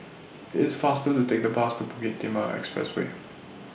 It's faster to Take The Bus to Bukit Timah Expressway